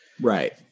Right